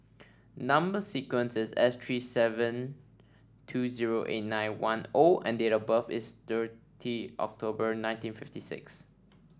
number sequence is S three seven two zero eight nine one O and date of birth is thirty October nineteen fifty six